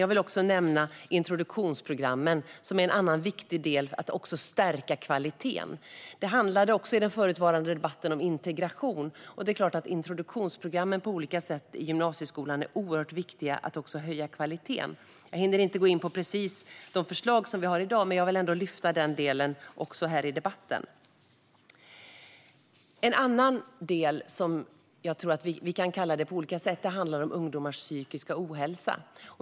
Jag vill också nämna introduktionsprogrammen, som är viktiga för att stärka kvaliteten. Den föregående debatten handlade om integration. Introduktionsprogrammen i gymnasieskolan är viktiga för detta på olika sätt. Jag hinner inte gå in på de förslag som vi har i dag, men jag vill ändå nämna detta i debatten. En annan viktig del handlar om ungdomars psykiska ohälsa.